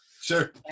Sure